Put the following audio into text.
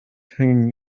hanging